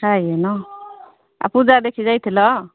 ଖାଇନ ଆଉ ପୂଜା ଦେଖି ଯାଇଥିଲ